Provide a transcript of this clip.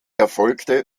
erfolgte